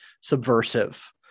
subversive